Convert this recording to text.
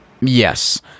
Yes